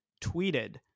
tweeted